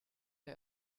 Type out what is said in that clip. der